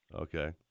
Okay